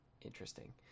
interesting